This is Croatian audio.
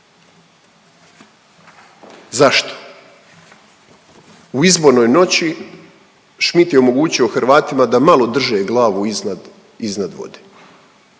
Zašto? U izbornoj noći Schmidt je omogućio Hrvatima da malo drže glavu iznad,